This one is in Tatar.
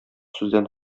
сүздән